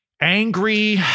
angry